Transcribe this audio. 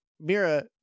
Mira